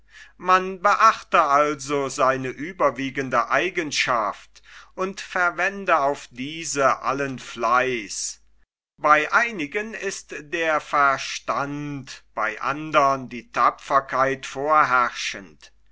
man beobachte also seine überwiegende eigenschaft und verwende auf diese allen fleiß bei einigen ist der verstand bei andern die tapferkeit vorherrschend